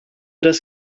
das